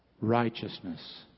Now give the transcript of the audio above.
Righteousness